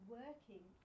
working